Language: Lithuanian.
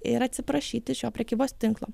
ir atsiprašyti šio prekybos tinklo